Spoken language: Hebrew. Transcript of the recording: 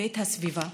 ואת הסביבה.